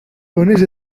ponerse